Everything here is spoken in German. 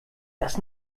das